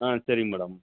ஆ சரிங்க மேடம்